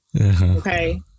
Okay